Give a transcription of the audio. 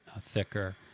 thicker